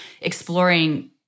exploring